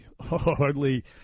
Hardly